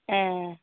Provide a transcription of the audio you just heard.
ए